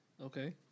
Okay